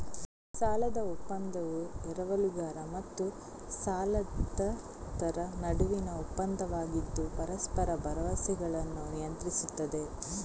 ಸಾಲದ ಒಪ್ಪಂದವು ಎರವಲುಗಾರ ಮತ್ತು ಸಾಲದಾತರ ನಡುವಿನ ಒಪ್ಪಂದವಾಗಿದ್ದು ಪರಸ್ಪರ ಭರವಸೆಗಳನ್ನು ನಿಯಂತ್ರಿಸುತ್ತದೆ